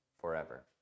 forever